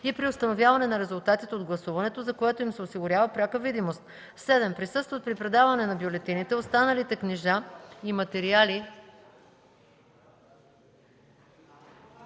и при установяване на резултатите от гласуването, за което им се осигурява пряка видимост; 7. присъстват при предаване на бюлетините, останалите книжа и материали